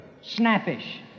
Snappish